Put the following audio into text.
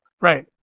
right